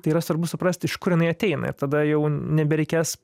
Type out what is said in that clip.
tai yra svarbu suprast iš kur jinai ateina ir tada jau nebereikės